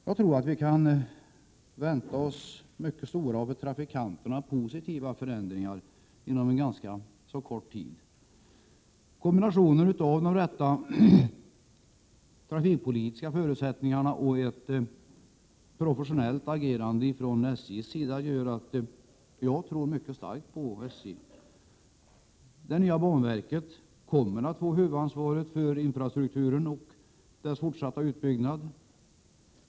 Jag tror att vi kan vänta oss mycket stora och för trafikanterna positiva förändringar inom ganska så kort tid. Kombinationen av de rätta trafikpolitiska förutsättningarna och ett professionellt agerande från SJ:s sida gör att jag tror mycket starkt på SJ. Det nya banverket kommer att få huvudansvaret för infrastrukturen och dess fortsatta utbyggnad.